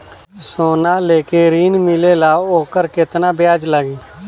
सोना लेके ऋण मिलेला वोकर केतना ब्याज लागी?